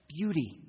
beauty